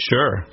Sure